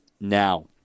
now